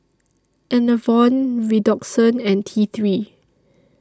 Enervon Redoxon and T three